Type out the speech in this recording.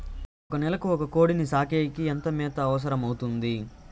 ఒక నెలకు ఒక కోడిని సాకేకి ఎంత మేత అవసరమవుతుంది?